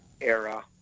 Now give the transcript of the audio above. era